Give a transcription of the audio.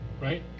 right